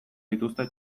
dituzte